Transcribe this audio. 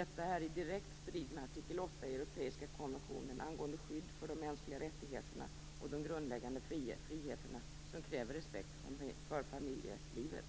Detta är i direkt strid med artikel 8 i europeiska konventionen angående skydd för de mänskliga rättigheterna och de grundläggande friheterna, som kräver respekt för familjelivet.